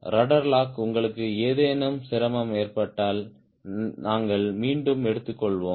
rudder லாக் உங்களுக்கு ஏதேனும் சிரமம் ஏற்பட்டால் நாங்கள் மீண்டும் எடுத்துக்கொள்வோம்